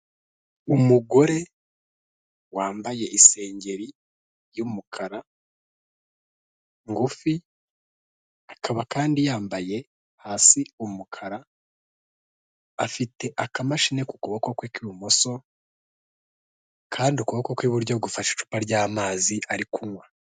Umugore wambaye isengeri y'umukara ngufi, akaba kandi yambaye hasi umukara afite akamashini ku kuboko kwe kw'ibumoso, kandi ukuboko kw'iburyo gufashe icupa ry'amazi ari kunywa.